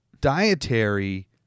dietary